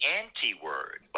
anti-word